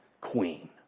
queen